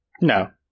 No